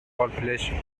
population